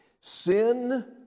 sin